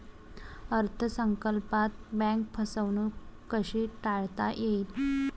अर्थ संकल्पात बँक फसवणूक कशी टाळता येईल?